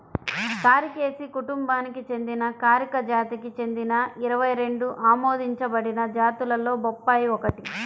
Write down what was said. కారికేసి కుటుంబానికి చెందిన కారికా జాతికి చెందిన ఇరవై రెండు ఆమోదించబడిన జాతులలో బొప్పాయి ఒకటి